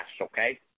okay